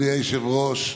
אדוני היושב-ראש,